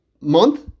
month